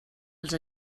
els